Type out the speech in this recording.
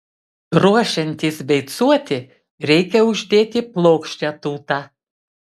ruošiantis beicuoti reikia uždėti plokščią tūtą